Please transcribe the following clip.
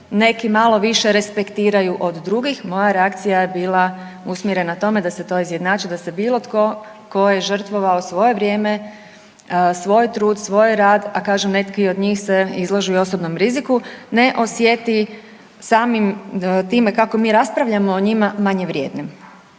neki malo više respektiraju od drugih. Moja reakcija je bila usmjerena tome da se to izjednači, da se bilo tko tko je žrtvovao svoje vrijeme, svoj trud, svoj rad, a kažem neki od njih se izlažu i osobnom riziku ne osjeti samim time kako mi raspravljamo o njima manje vrijednim.